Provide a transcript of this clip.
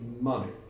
money